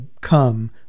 come